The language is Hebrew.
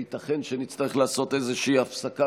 ייתכן שנצטרך לעשות איזושהי הפסקה